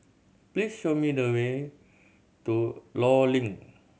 please show me the way to Law Link